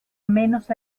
menos